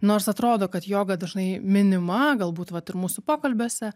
nors atrodo kad joga dažnai minima galbūt vat ir mūsų pokalbiuose